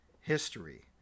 history